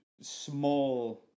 small